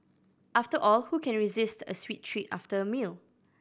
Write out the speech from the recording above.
after all who can resist a sweet treat after a meal